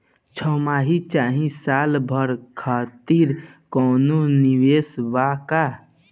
छमाही चाहे साल भर खातिर कौनों निवेश बा का?